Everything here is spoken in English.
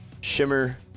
Shimmer